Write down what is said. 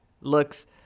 looks